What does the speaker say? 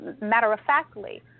matter-of-factly